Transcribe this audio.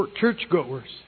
churchgoers